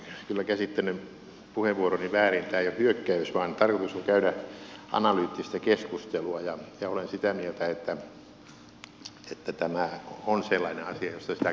tämä ei ole hyökkäys vaan tarkoitus on käydä analyyttistä keskustelua ja olen sitä mieltä että tämä on sellainen asia josta sitä kannattaa käydä